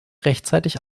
rechtzeitig